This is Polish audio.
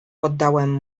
poddałem